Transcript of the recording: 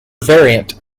variant